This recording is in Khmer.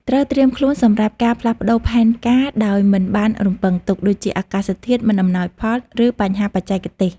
ត្រូវត្រៀមខ្លួនសម្រាប់ការផ្លាស់ប្តូរផែនការដោយមិនបានរំពឹងទុក ដូចជាអាកាសធាតុមិនអំណោយផល ឬបញ្ហាបច្ចេកទេស។